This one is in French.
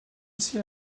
aussi